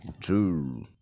two